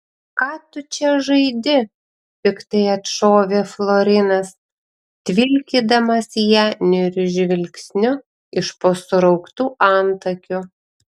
ką tu čia žaidi piktai atšovė florinas tvilkydamas ją niūriu žvilgsniu iš po surauktų antakių